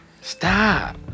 Stop